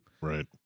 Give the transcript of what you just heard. Right